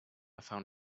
found